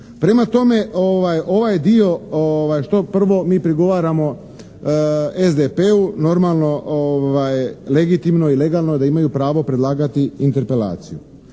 Prema tome, ovaj dio što prvo mi prigovaramo SDP-u, normalno legitimno i legalno je da imaju pravo predlagati interpelaciju,